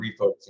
refocusing